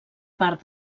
part